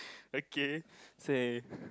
okay say